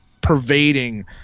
pervading